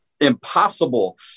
impossible